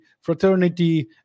fraternity